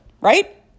Right